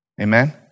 Amen